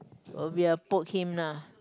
will be a poke him lah